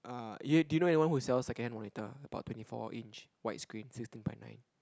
uh did you know anyone who is sell second hand monitor about twenty four inch wide screen sixteen point nine